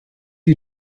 you